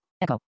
Echo